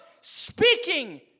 speaking